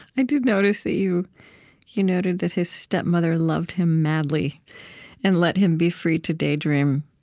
i did notice that you you noted that his stepmother loved him madly and let him be free to daydream.